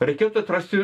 reikėtų atrasti